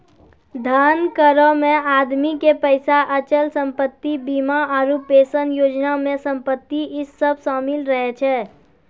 धन करो मे आदमी के पैसा, अचल संपत्ति, बीमा आरु पेंशन योजना मे संपत्ति इ सभ शामिल रहै छै